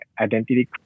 identity